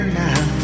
now